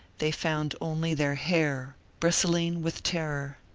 they found only their hair, bristling with terror.